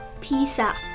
pizza